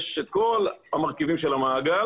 יש את כל המרכיבים של המעגל,